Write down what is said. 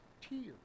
tears